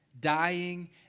dying